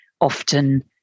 often